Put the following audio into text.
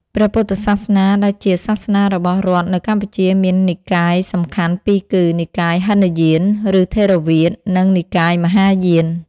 ព្រះពុទ្ធសាសនា ដែលជាសាសនារបស់រដ្ឋនៅកម្ពុជា មាននិកាយសំខាន់ពីរគឺ និកាយហីនយាន (ឬថេរវាទ) និង និកាយមហាយាន។